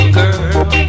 girl